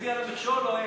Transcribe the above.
תקציבי על המכשול או אין?